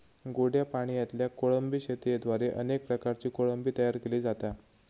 गोड्या पाणयातल्या कोळंबी शेतयेद्वारे अनेक प्रकारची कोळंबी तयार केली जाता